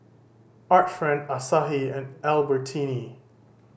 Art Friend Asahi and Albertini